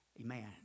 Amen